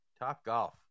Topgolf